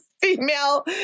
female